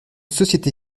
société